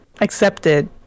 accepted